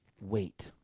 wait